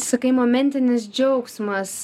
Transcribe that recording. sakai momentinis džiaugsmas